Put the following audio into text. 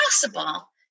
possible